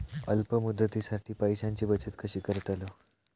अल्प मुदतीसाठी पैशांची बचत कशी करतलव?